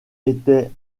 était